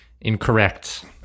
Incorrect